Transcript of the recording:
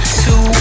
two